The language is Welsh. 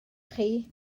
chi